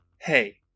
hey